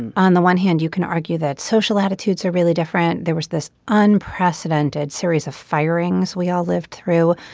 and on the one hand you can argue that social attitudes are really different. there was this unprecedented series of firings we all lived through.